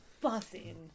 buzzing